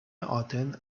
آتن